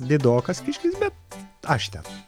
didokas kiškis bet aš ten